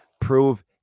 Prove